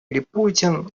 липутин